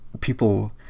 people